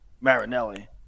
Marinelli